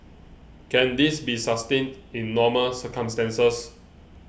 can this be sustained in normal circumstances